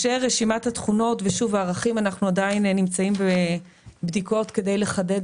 אנחנו עדיין נמצאים בבדיקות כדי לחדד